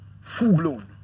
Full-blown